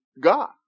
God